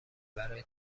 برای